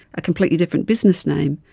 a completely different business name.